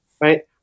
Right